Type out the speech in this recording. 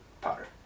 powder